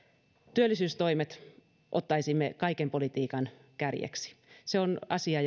työllisyystoimet ottaisimme kaiken politiikan kärjeksi se on asia